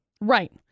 Right